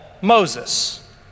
Moses